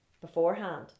beforehand